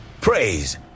praise